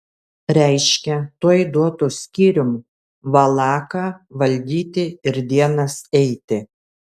reiškia tuoj duotų skyrium valaką valdyti ir dienas eiti